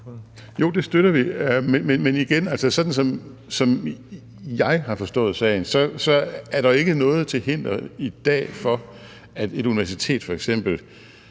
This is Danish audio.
Jo, det støtter vi, men som jeg har forstået sagen, er der jo ikke noget til hinder i dag for, at et universitet